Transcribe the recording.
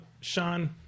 Sean